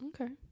okay